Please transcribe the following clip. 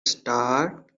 starred